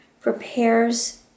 prepares